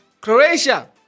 croatia